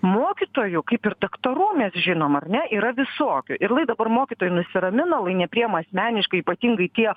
mokytojų kaip ir daktarų mes žinom ar ne yra visokių ir lai dabar mokytojai nusiramina lai nepriima asmeniškai ypatingai tie